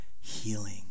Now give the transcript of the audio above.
healing